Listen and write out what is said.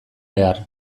behar